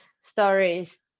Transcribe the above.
stories